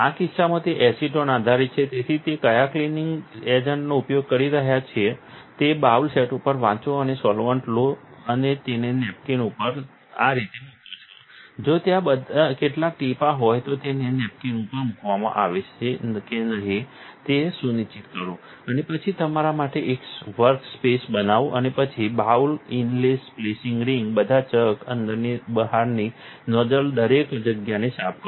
આ કિસ્સામાં તે એસિટોન આધારિત છે તેથી તમે કયા ક્લીનિંગ એજન્ટનો ઉપયોગ કરી રહ્યાં છો તે બાઉલ સેટ ઉપર વાંચો અને સોલવન્ટ લો અને તેને નેપકિન ઉપર આ રીતે મૂકો કે જો ત્યાં કેટલાક ટીપાં હોય તો તેને નેપકિન્ ઉપર મૂકવામાં આવે છે કે નહીં તે સુનિશ્ચિત કરો અને પછી તમારા માટે એક વર્કસ્પેસ બનાવો અને પછી બાઉલ ઇનલે સ્પ્લેશ રિંગ બધા ચક અંદરની બહારની નોઝલ દરેક જગ્યાએ સાફ કરો